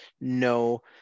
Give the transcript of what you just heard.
No